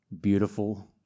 beautiful